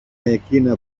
εκείνα